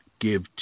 give